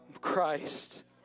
Christ